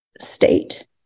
state